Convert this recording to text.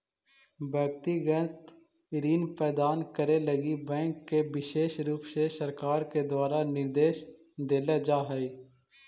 व्यक्तिगत ऋण प्रदान करे लगी बैंक के विशेष रुप से सरकार के द्वारा निर्देश देल जा हई